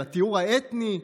על הטיהור האתני,